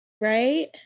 right